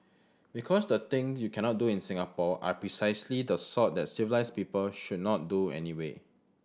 because the thing you cannot do in Singapore are precisely the sort that civilised people should not do anyway